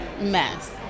mess